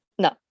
no